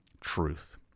truth